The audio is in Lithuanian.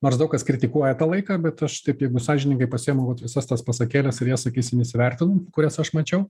nors daug kas kritikuoja tą laiką bet aš taip jeigu sąžiningai pasiemu vat visas tas pasakėles ir jas sakysim įsivertinu kurias aš mačiau